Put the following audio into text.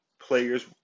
players